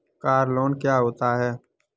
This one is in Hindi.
कार लोन क्या होता है?